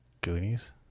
Goonies